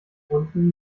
hunden